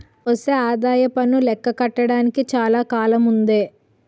ఒసే ఆదాయప్పన్ను లెక్క కట్టడానికి చాలా కాలముందే